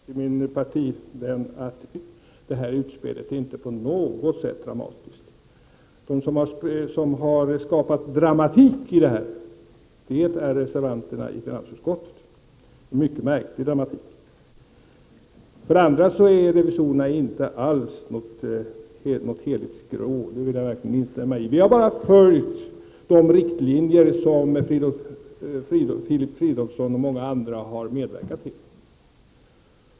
Herr talman! För det första vill jag säga till min partivän att det här utspelet inte på något sätt är dramatiskt. De som har skapat dramatik i detta sammanhang är reservanterna i finansutskottet. Det är en mycket märklig dramatik. För det andra är revisorerna inte alls något heligt skrå — det vill jag verkligen instämma i. Vi har bara följt de riktlinjer som Filip Fridolfsson och många andra har medverkat till.